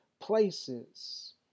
places